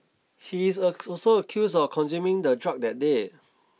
he is also accused of consuming the drug that day